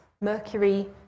Mercury